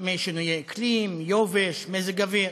משינויי אקלים, מיובש, מזג אוויר,